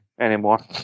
anymore